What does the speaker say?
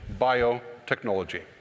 biotechnology